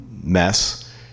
mess